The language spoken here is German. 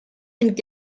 sind